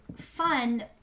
fun